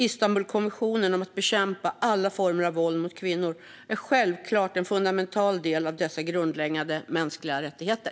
Istanbulkonventionen om att bekämpa alla former av våld mot kvinnor är självklart en fundamental del av dessa grundläggande mänskliga rättigheter.